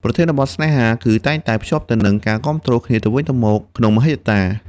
ប្រធានបទស្នេហា គឺតែងតែភ្ជាប់ទៅនឹងការគាំទ្រគ្នាទៅវិញទៅមកក្នុងមហិច្ឆតា